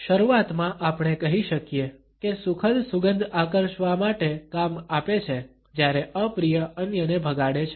શરૂઆતમાં આપણે કહી શકીએ કે સુખદ સુગંધ આકર્ષવા માટે કામ આપે છે જ્યારે અપ્રિય અન્યને ભગાડે છે